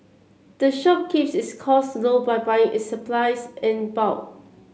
the shop keeps its costs low by buying its supplies in bulk